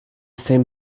same